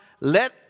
let